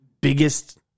biggest